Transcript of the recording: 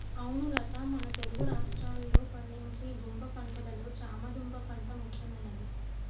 అవును లత మన తెలుగు రాష్ట్రాల్లో పండించే దుంప పంటలలో చామ దుంప పంట ముఖ్యమైనది